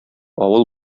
авыл